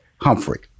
Humphrey